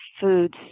foods